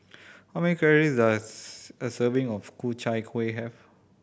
how many calories does a serving of Ku Chai Kuih have